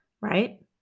right